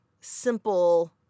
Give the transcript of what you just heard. simple